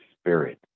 Spirit